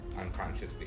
unconsciously